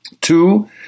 two